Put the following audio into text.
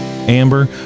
Amber